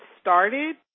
started